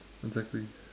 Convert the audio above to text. exactly